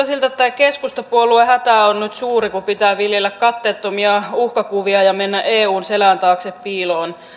siltä että tämä keskustapuolueen hätä on nyt suuri kun pitää viljellä katteettomia uhkakuvia ja mennä eun selän taakse piiloon